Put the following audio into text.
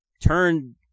turn